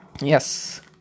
Yes